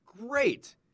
great